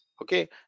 okay